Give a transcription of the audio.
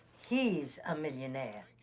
he's a millionaire.